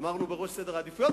אמרנו בראש סדר העדיפויות?